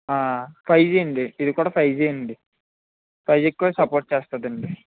five G అండి ఇది కూడా ఫైవ్ జీ అండి ఫైవ్ జీకి కూడా సపోర్ట్ చేస్తుందండి